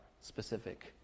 specific